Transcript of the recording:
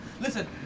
Listen